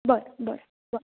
बरें बरें बरें